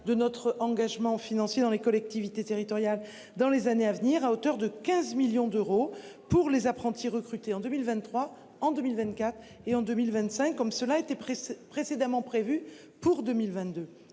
de notre engagement financier dans les collectivités territoriales dans les années à venir, à hauteur de 15 millions d'euros pour les apprentis recrutés en 2023 en 2024 et en 2025 comme cela a été pris précédemment prévus pour 2022